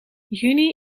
juni